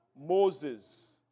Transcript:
Moses